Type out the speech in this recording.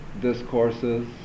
discourses